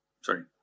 Sorry